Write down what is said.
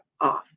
off